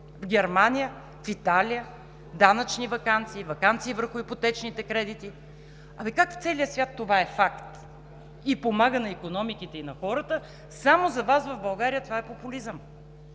в Германия, в Италия – данъчни ваканции, ваканции върху ипотечните кредити. А бе, как в целия свят това е факт и помага на икономиките, и на хората, а само за Вас в България това е популизъм!?